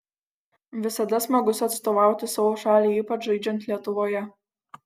visada smagus atstovauti savo šaliai ypač žaidžiant lietuvoje